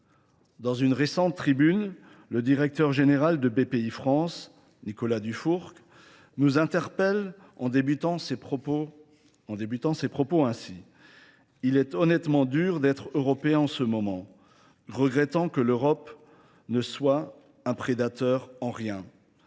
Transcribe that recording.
Dans une récente tribune, le directeur général de BPI France, Nicolas Dufourc, nous interpelle en débutant ses propos ainsi. Il est honnêtement dur d'être européen en ce moment, regrettant que l'Europe ne soit un prédateur en rien